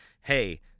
hey